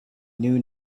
new